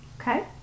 Okay